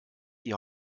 die